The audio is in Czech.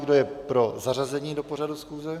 Kdo je pro zařazení do pořadu schůze?